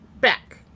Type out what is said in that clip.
back